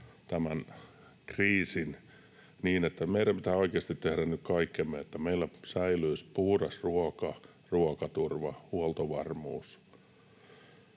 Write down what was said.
tämän kriisin niin, että meidän pitää oikeasti tehdä nyt kaikkemme, että meillä säilyisi puhdas ruoka, ruokaturva, huoltovarmuus.